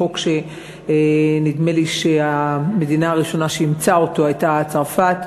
חוק שנדמה לי שהמדינה הראשונה שאימצה אותו הייתה צרפת,